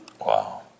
Wow